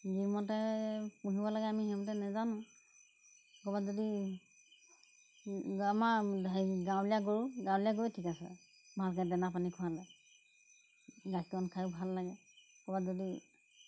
যিমতে পুহিব লাগে আমি সেইমতে নেজানো ক'ৰবাত যদি আমাৰ হেৰি গাঁৱলীয়া গৰু গাঁৱলীয়া গৰুৱে ঠিক আছে ভালকৈ দানা পানী খোৱালে গাখীৰকণ খায়ো ভাল লাগে ক'ৰবাত যদি